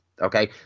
Okay